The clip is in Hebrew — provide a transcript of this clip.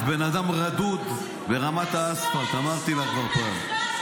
את בן אדם רדוד ברמת האספלט, אמרתי לך כבר פעם.